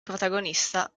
protagonista